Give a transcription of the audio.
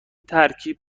ترکیب